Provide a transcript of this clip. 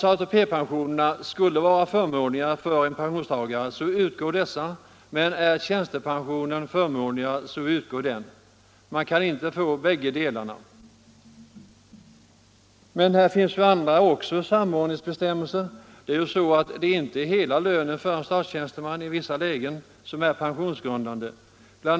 Om ATP-pensionen skulle vara förmånligare för en pensionstagare utgår denna, men om tjänstepensionen är förmånligare utgår den. Man kan inte få båda. Det finns även andra samordningsbestämmelser. I vissa lägen är inte hela lönen för en statstjänsteman pensionsgrundande. BI.